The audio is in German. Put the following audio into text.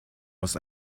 was